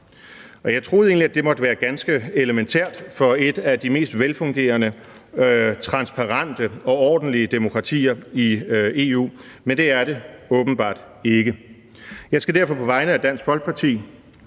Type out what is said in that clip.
Jeg troede egentlig, det måtte være ganske elementært for et af de mest velfungerende, transparente og ordentlige demokratier i EU, men det er det åbenbart ikke. Jeg skal derfor på vegne af Dansk Folkeparti